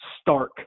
stark